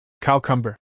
cowcumber